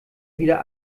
wieder